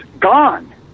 gone